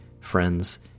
friends